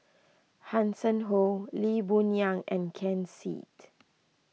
Hanson Ho Lee Boon Yang and Ken Seet